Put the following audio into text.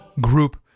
Group